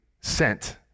sent